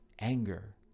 anger